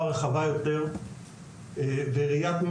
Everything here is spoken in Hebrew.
בראיית מאקרו של שאר המשק.